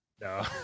No